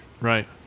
Right